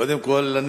קודם כול,